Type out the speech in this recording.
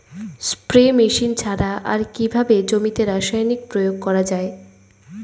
Spray machine ছাড়া আর কিভাবে জমিতে রাসায়নিক প্রয়োগ করা যায়?